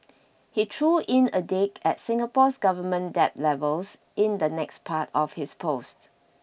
he threw in a dig at Singapore's government debt levels in the next part of his post